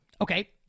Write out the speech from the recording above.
Okay